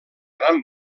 gran